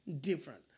different